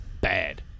Bad